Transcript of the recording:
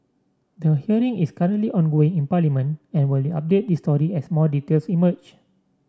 the hearing is currently ongoing in Parliament and we'll update this story as more details emerge